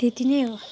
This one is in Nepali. त्यति नै हो